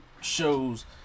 shows